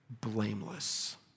Blameless